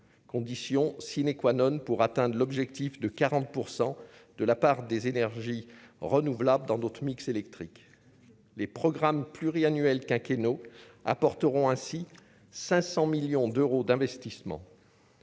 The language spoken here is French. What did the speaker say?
condition sine qua non pour atteinte l'objectif de 40 % de la part des énergies renouvelables dans notre mix électrique, les programmes pluriannuels quinquennaux apporteront ainsi 500 millions d'euros d'investissement.